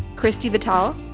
christy vetol,